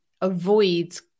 avoids